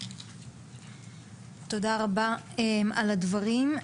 תודה רבה על הדברים.